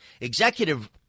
Executive